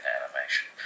animation